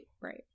right